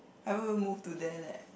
I haven't even move to there leh